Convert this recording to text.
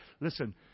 listen